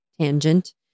tangent